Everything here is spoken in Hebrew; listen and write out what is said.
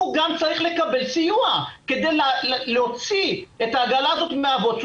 הוא גם צריך לקבל סיוע כדי להוציא את העגלה הזאת מהבוץ.